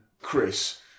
Chris